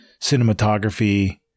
cinematography